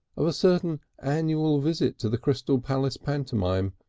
of a certain annual visit to the crystal palace pantomime,